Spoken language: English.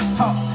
talk